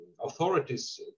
authorities